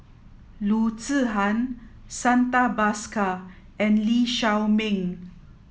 Loo Zihan Santha Bhaskar and Lee Shao Meng